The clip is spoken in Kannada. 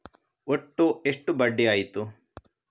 ಒಟ್ಟು ಎಷ್ಟು ಬಡ್ಡಿ ಆಯಿತು?